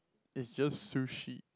it's just sushi